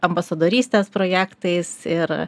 abasadorystės projektais ir